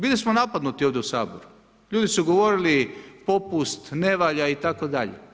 Bili smo napadnuti ovdje u Saboru, ljudi su govorili popust, ne valja itd.